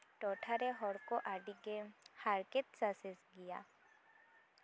ᱤᱧᱟᱹᱜ ᱴᱚᱴᱷᱟᱨᱮ ᱦᱚᱲ ᱠᱚ ᱟᱹᱰᱤᱜᱮ ᱦᱟᱨᱠᱮᱛ ᱥᱟᱥᱮᱛ ᱜᱮᱭᱟ